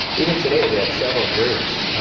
even today, we have several groups.